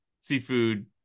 seafood